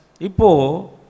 Ipo